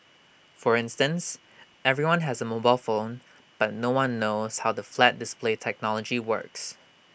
for instance everyone has A mobile phone but no one knows how the flat display technology works